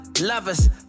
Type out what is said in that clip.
lovers